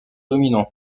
dominant